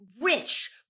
rich